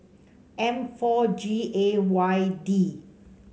M four G A Y D